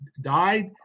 died